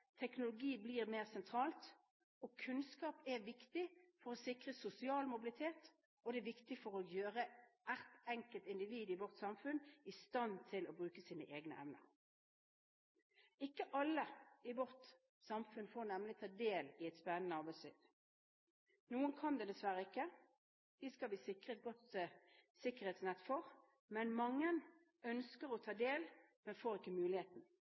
Teknologi blir mer sentralt. Kunnskap er viktig for å sikre sosial mobilitet og for å gjøre hvert enkelt individ i vårt samfunn i stand til å bruke sine egne evner. Ikke alle i vårt samfunn får nemlig ta del i et spennende arbeidsliv. Noen kan det dessverre ikke – dem skal vi sikre et godt sikkerhetsnett for. Men mange ønsker å ta del, men får ikke muligheten.